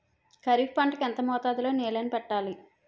ఖరిఫ్ పంట కు ఎంత మోతాదులో నీళ్ళని పెట్టాలి?